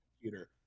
computer